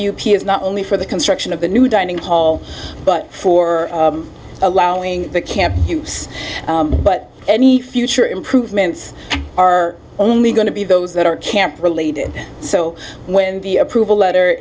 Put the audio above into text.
is not only for the construction of the new dining hall but for allowing the camp use but any future improvements are only going to be those that are camp related so when the approval letter